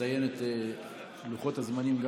התש"ף 2020,